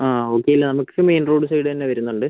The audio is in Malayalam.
ആ ഓക്കെ ഇല്ല നമുക്ക് മെയിൻ റോഡ് സൈഡ് തന്നെ വരുന്നുണ്ട്